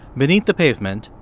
beneath the pavement,